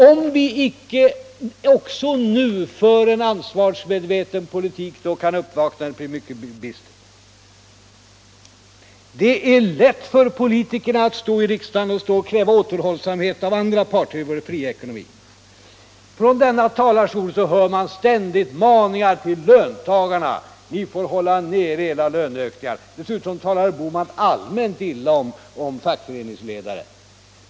Om vi inte också nu för en ansvarsmedveten politik, kan uppvaknandet bli mycket bistert. Det är lätt för politikerna att i riksdagen kräva återhållsamhet av andra parter i vår fria ekonomi. Från denna talarstol hörs ständigt maningar till löntagarna att hålla nere sina löneökningar. Herr Bohman talar dessutom allmänt illa om fackföreningsledare.